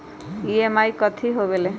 EMI कथी होवेले?